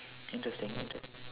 interesting interest